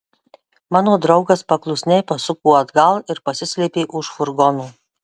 mano draugas paklusniai pasuko atgal ir pasislėpė už furgono